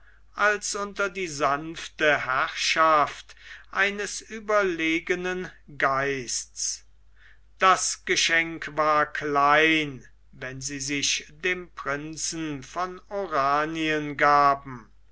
als unter die sanfte herrschaft eines überlegenen geists das geschenk war klein wenn sie sich dem prinzen von oranien gaben